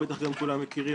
בטח גם כולם מכירים,